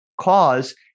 cause